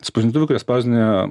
spausdintuvai kurie spausdina